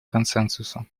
консенсуса